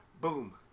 boom